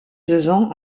saison